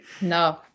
No